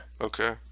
Okay